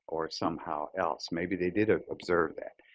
or somehow else. maybe they did ah observe that.